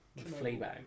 Fleabag